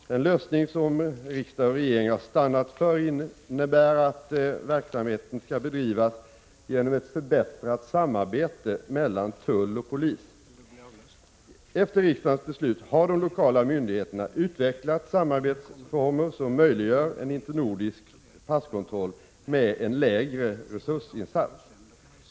Den lösning som riksdag och regering har stannat för innebär att verksamheten skall bedrivas genom ett förbättrat samarbete mellan tull och polis. Efter riksdagens beslut har de lokala myndigheterna utvecklat samarbetsformer som möjliggör en internordisk passkontroll med en lägre resursinsats.